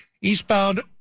eastbound